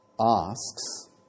asks